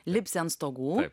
lipsi ant stogų